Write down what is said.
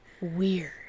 Weird